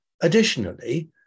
Additionally